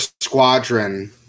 squadron